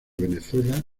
venezuela